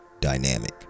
dynamic